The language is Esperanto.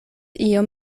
iom